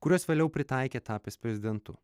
kuriuos vėliau pritaikė tapęs prezidentu